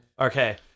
Okay